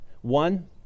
One